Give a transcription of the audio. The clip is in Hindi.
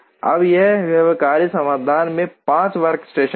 अब इस व्यवहार्य समाधान में 5 वर्कस्टेशन हैं